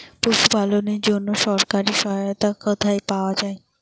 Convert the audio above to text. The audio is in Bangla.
পশু পালনের জন্য সরকারি সহায়তা কোথায় পাওয়া যায়?